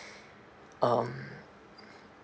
um